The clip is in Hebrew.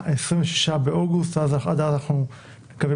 אנחנו עוסקים